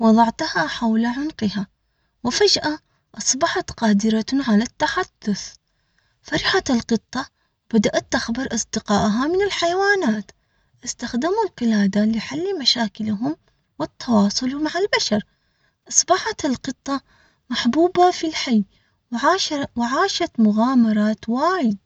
وضعتها حول عنقها، وفجأة أصبحت قادرة على التحدث. فرحت القطة، بدأت تخبر أصدقائها من الحيوانات. إستخدموا القلادة لحل مشاكلهم والتواصل مع البشر اصبحت القطة محبوبة.